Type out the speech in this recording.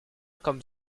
comme